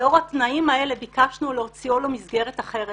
לאור התנאים האלה ביקשנו להוציאו למסגרת אחרת,